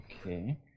Okay